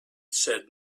said